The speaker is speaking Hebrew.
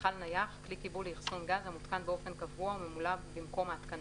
"מכל נייח" כלי קיבול לאחסון גז המותקן באופן קבוע וממולא במקום ההתקנה,